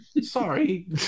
sorry